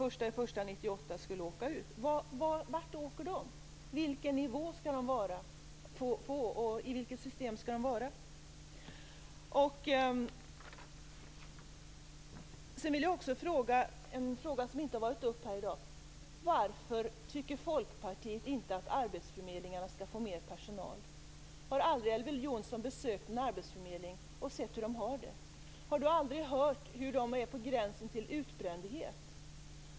På vilken nivå skall de befinna sig, och i vilket system skall de vara? Jag vill också ta upp en fråga som inte varit uppe här i dag: Varför tycker Folkpartiet inte att arbetsförmedlingarna skall få mer personal? Har Elver Jonsson aldrig besökt en arbetsförmedling och sett hur man där har det? Har han aldrig hört att de är på gränsen till utbrändhet?